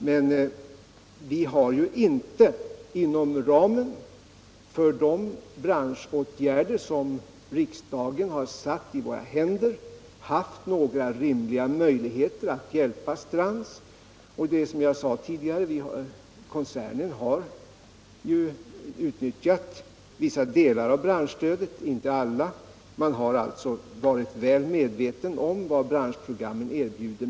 Men vi har inte, inom ramen för de branschåtgärder som riksdagen gett oss möjlighet att vidtaga, haft någon rimlig chans att hjälpa Strands. Som jag sade tidigare har koncernen utnyttjat vissa delar av branschstödet men inte alla. Man har alltså varit väl medveten om vad branschprogrammen erbjuder.